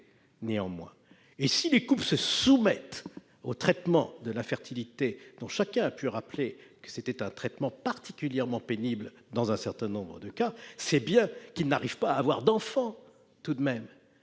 été constatée. Si les couples se soumettent au traitement de l'infertilité, dont chacun a pu rappeler qu'il s'agissait d'un traitement particulièrement pénible dans un certain nombre de cas, c'est bien qu'ils ne parviennent pas à avoir d'enfant. Nous sommes